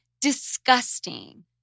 Disgusting